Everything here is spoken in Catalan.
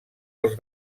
els